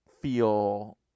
feel